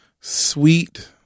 sweet